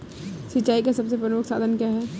सिंचाई का सबसे प्रमुख साधन क्या है?